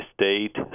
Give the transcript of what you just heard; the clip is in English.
state